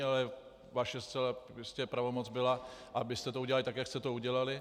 Ale vaše zcela jistě pravomoc byla, abyste to udělali tak, jak jste to udělali.